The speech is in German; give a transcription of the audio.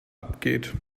abgeht